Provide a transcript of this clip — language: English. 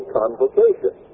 convocation